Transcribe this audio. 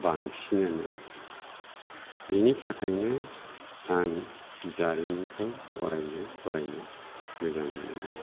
बांसिनोमोन बिनि थाखायनो आं जारिमिनखौ अरायबो फरायनो मोजां मोनोमोन